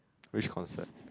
which concert